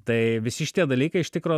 tai visi šitie dalykai iš tikro